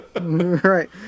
Right